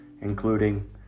including